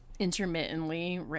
intermittently